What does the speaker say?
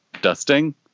dusting